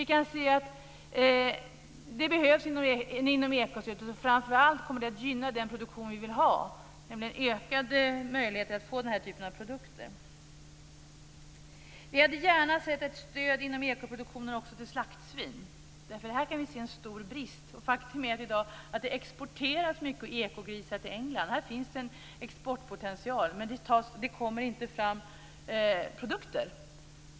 Det behövs inom stödet till ekologiskt lantbruk. Det kommer framför allt att gynna den produktion vi vill ha och ge ökade möjligheter att få den här typen av produkter. Vi hade gärna sett ett stöd till den ekologiska produktionen av slaktsvin. Här finns det en stor brist. I dag exporteras det många ekogrisar till England. Här finns det en exportpotential, men det kommer inte fram produkter.